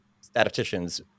statisticians